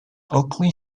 oakley